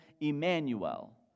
Emmanuel